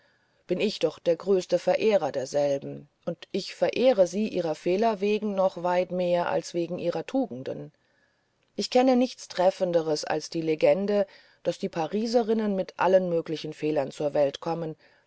bin ich doch der größte verehrer derselben und ich verehre sie ihrer fehler wegen noch weit mehr als wegen ihrer tugenden ich kenne nichts treffenderes als die legende daß die pariserinnen mit allen möglichen fehlern zur welt kommen